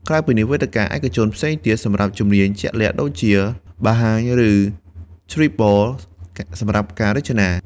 ក្រៅពីនេះ មានវេទិកាឯកទេសផ្សេងទៀតសម្រាប់ជំនាញជាក់លាក់ដូចជា Behance ឬ Dribbble សម្រាប់ការរចនា។